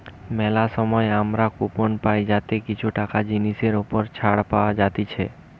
মেলা সময় আমরা কুপন পাই যাতে কিছু টাকা জিনিসের ওপর ছাড় পাওয়া যাতিছে